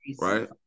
Right